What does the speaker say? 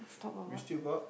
we still got